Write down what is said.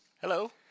Hello